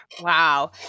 wow